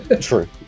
True